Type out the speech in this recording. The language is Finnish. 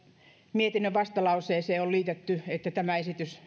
mietinnön vastalauseeseen on liitetty että tämä esitys